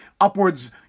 Upwards